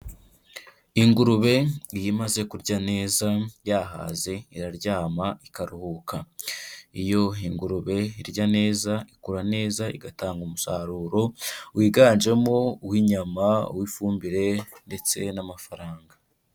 Ingurube iyo imaze kurya neza yahaze iraryama ikaruhuka, iyo ingurube irya neza ikura neza igatanga umusaruro wiganjemo uw'inyama, uw'ifumbire ndetse n'amafaranga.